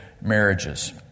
marriages